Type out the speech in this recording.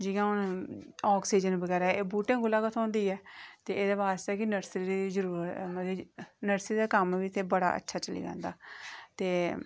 जि'यां मतलब आक्सीजन बगैरा एह् बूहटें कोला गै थ्होंदी ऐ ते एह्दे वास्तै गै नर्सरी जरूरत मतलब नर्सरी दा कम्म बी इत्थै बड़ा अच्छा चली जंदा ते